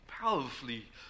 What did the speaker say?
powerfully